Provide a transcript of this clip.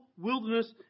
wilderness